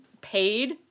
paid